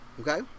okay